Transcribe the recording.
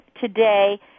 today